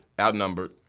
outnumbered